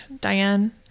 Diane